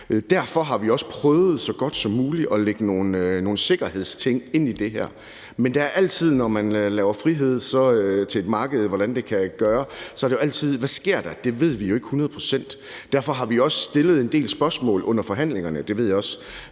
Derfor har vi også prøvet så godt som muligt at lægge nogle sikkerhedsting ind i det her. Men når man giver frihed til et marked og ser på, hvordan det kan gøres, er spørgsmålet altid: Hvad sker der? Det ved vi jo ikke hundrede procent. Derfor har vi også stillet en del spørgsmål under forhandlingerne.